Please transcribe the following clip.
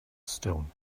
stone